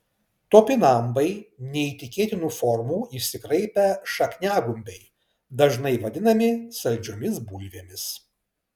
topinambai neįtikėtinų formų išsikraipę šakniagumbiai dažnai vadinami saldžiomis bulvėmis